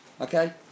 okay